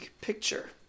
picture